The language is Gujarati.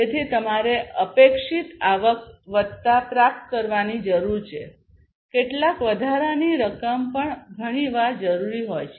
તેથી તમારે અપેક્ષિત આવક વત્તા પ્રાપ્ત કરવાની જરૂર છે કેટલાક વધારાની રકમ પણ ઘણીવાર જરૂરી હોય છે